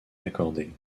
accordés